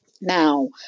Now